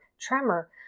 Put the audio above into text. tremor